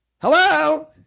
Hello